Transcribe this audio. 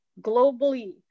globally